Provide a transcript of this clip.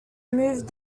move